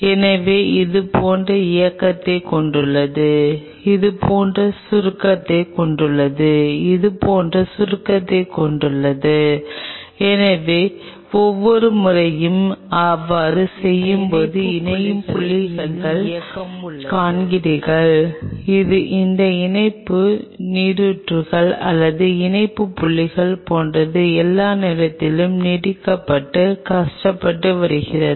எனவே இது போன்ற இயக்கத்தைக் கொண்டுள்ளது இது போன்ற சுருக்கத்தைக் கொண்டுள்ளது இது போன்ற சுருக்கத்தைக் கொண்டுள்ளது எனவே ஒவ்வொரு முறையும் அவ்வாறு செய்யும்போது இந்த இணைப்பு புள்ளிகளில் இயக்கம் உள்ளது இந்த இணைப்பு புள்ளிகளை நீங்கள் காண்கிறீர்கள் இது இந்த இணைப்பு நீரூற்றுகள் அல்லது இணைப்பு புள்ளிகள் போன்றது எல்லா நேரத்திலும் நீட்டிக்கப்பட்டு கஷ்டப்பட்டு வருகிறது